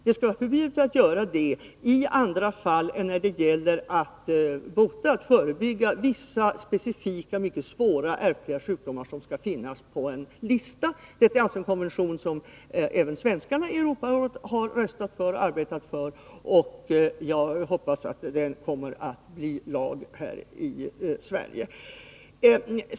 Det skall vara förbjudet att göra detta i andra fall än när det gäller att bota och förebygga vissa specifika, mycket svåra, ärftliga sjukdomar, vilka skall finnas på en lista. Det är alltså en konvention som även svenskarna i Europarådet har arbetat och röstat för. Jag hoppas att konventionens innehåll kommer att bli lag här i Sverige.